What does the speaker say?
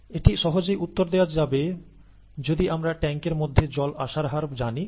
এটি সহজেই উত্তর দেয়া যাবে যদি আমরা ট্যাংকের মধ্যে জল আসার হার জানি